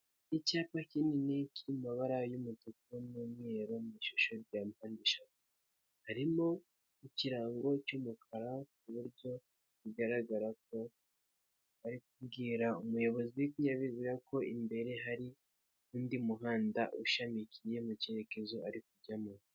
Icyapa kinini kiri mu mabara y'umutuku n'umweru, mu ishusho ryapan harimo ikirango cy'umukara, ku buryo bigaragara kobwira umuyobozibivuze ko imbere hari undi muhanda ushamikiye mu cyerekezo ari kujyamo.